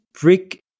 brick